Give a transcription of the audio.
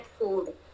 food